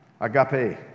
Agape